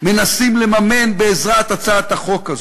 מנסים לממן בעזרת הצעת החוק הזאת.